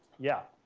yeah?